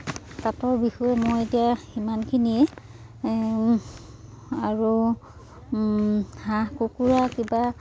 তাঁতৰ বিষয়ে মই এতিয়া সিমানখিনিয়ে আৰু হাঁহ কুকুৰা কিবা